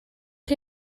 chi